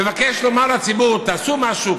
מבקש לומר לציבור: תעשו משהו,